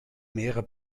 mehrere